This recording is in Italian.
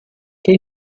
che